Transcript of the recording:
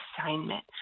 assignment